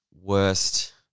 worst